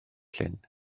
llyn